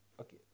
okay